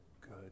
good